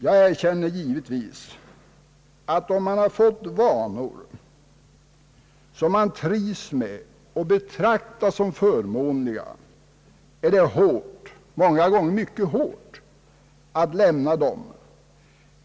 Jag erkänner givetvis att om man fått vanor som man trivs med och betraktar som förmånliga så känns det många gånger mycket hårt att behöva lämna dem.